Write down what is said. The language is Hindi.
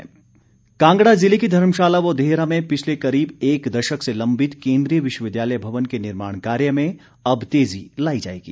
सुरेश भारद्वाज कांगड़ा ज़िले के धर्मशाला व देहरा में पिछले करीब एक दशक से लंबित केन्द्रीय विश्वविद्यालय भवन के निर्माण कार्य में अब तेज़ी लाई जाएगी